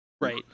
right